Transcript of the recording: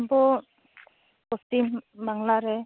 ᱟᱵᱚ ᱯᱚᱪᱷᱤᱢ ᱵᱟᱝᱞᱟ ᱨᱮ